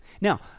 now